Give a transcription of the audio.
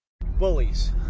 Bullies